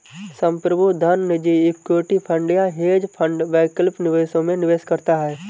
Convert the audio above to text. संप्रभु धन निजी इक्विटी फंड या हेज फंड वैकल्पिक निवेशों में निवेश करता है